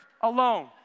alone